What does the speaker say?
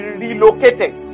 relocated